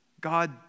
God